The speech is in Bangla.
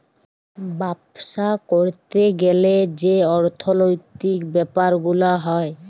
বাপ্সা ক্যরতে গ্যালে যে অর্থলৈতিক ব্যাপার গুলা হ্যয়